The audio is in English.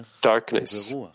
darkness